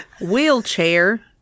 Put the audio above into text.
wheelchair